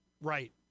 Right